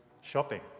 shopping